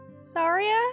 Saria